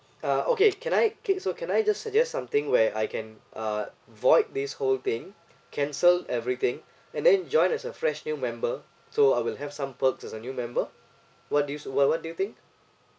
uh okay can I okay so can I just suggest something where I can uh void this whole thing cancelled everything and then join as a fresh new member so I will have some perks as a new member what do you so what what do you think